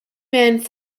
man